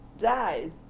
died